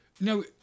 No